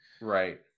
Right